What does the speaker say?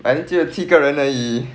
like 就只有七个人而已